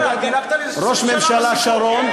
ראש הממשלה שרון.